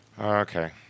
Okay